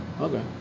Okay